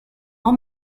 all